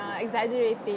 exaggerating